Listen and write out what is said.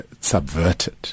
subverted